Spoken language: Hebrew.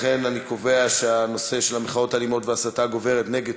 לכן אני קובע שהנושא של המחאות האלימות וההסתה הגוברת נגד